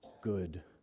good